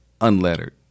unlettered